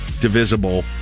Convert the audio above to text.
divisible